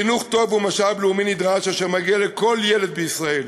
חינוך טוב הוא משאב לאומי נדרש אשר מגיע לכל ילד בישראל.